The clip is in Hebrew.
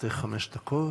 לרשותך חמש דקות,